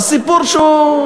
זה סיפור שהוא,